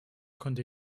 konnte